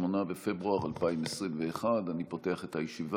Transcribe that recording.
8 בפברואר 2021. אני פותח את הישיבה.